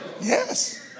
Yes